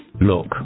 Look